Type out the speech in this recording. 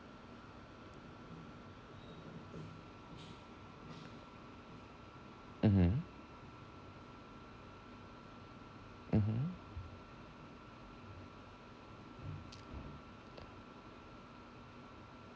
mmhmm